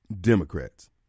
Democrats